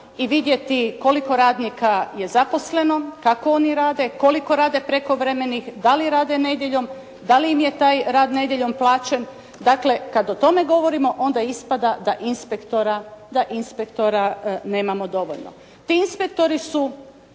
i vidjeti koliko je radnika zaposleno, kako oni rade, koliko oni rade prekovremeno, dali rade nedjeljom, dali im je taj rad nedjeljom plaćen, dakle kada o tome govorimo onda ispada da inspektora nemamo dovoljno. Ti inspektori su